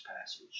passage